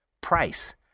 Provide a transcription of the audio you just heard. Price